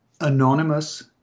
anonymous